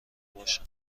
باشم